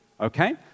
Okay